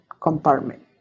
compartment